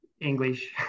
English